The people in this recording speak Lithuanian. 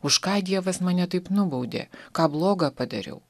už ką dievas mane taip nubaudė ką blogą padariau